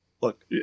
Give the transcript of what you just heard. Look